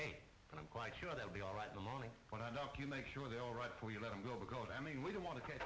ate and i'm quite sure they'll be all right in the morning when i know you make sure they're all right for you let them go because i mean we don't want to